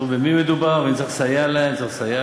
במי מדובר, ואם צריך, לסייע להם.